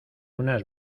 unas